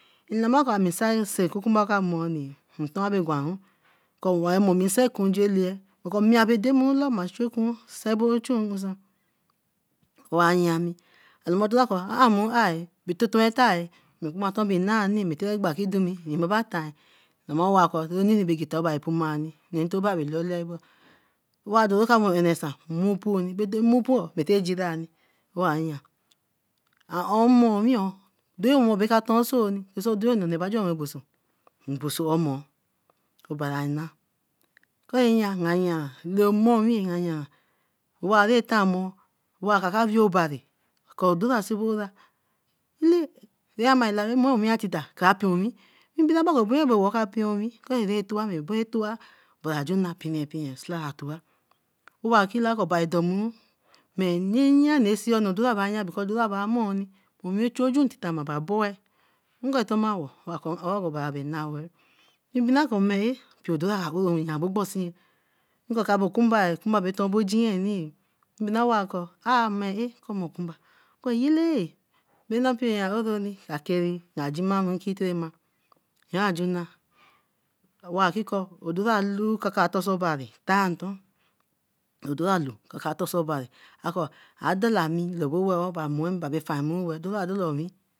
Nlama kor ami saise okunkunba ko mor uni. Nton abare gwaru kor waremomi kunje lae ma bere dey kun ma soekun, ochun nsa ya yea mi atiye labiri kor amuru ar see eta tin egba tin. Owa kaka weeh obari koh odora siobora, owin atita, kra pin owin. wa pin owin, kori ra toa, abore toa obari ajuna, pini pini osila a tor, obari domuru, odora ba yan, odora ba mor oni ocho ogun tita baboe. Mpio odora ka oro, ogbo ogbonsin ye, nko ma bo okunba ye, ahy ko ahy a, nko okunba, yellae ba na mpio aro oni kere ma jimaru. Owa kiko odora loo toton obari tai nton, odora aloo kaka tonseobari, akor a dala owin.